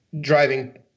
driving